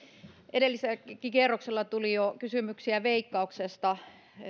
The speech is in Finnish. edellisellä kierroksella tuli jo kysymyksiä veikkauksesta